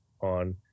on